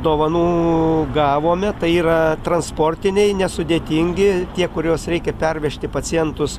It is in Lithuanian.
dovanų gavome tai yra transportiniai nesudėtingi tie kuriuos reikia pervežti pacientus